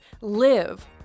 Live